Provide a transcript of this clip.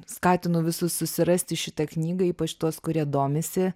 skatinu visus susirasti šitą knygą ypač tuos kurie domisi